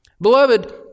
beloved